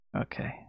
Okay